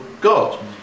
God